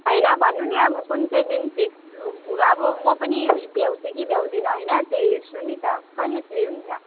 हैन भन्नु नि अब कुन चाहिँ दिन फिक्स अब म पनि भ्याउँछु कि भ्याउँदिनँ हैन त्यो हेर्छु नि त कहिले फ्री हुनुहुन्छ